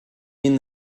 mean